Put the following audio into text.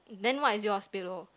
then what is yours below